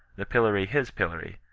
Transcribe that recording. the pillory his pillory,